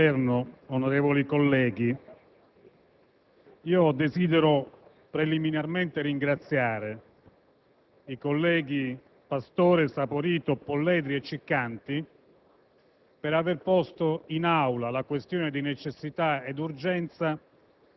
Signor Presidente, signori del Governo, onorevoli colleghi, desidero preliminarmente ringraziare i colleghi Pastore, Saporito, Polledri e Ciccanti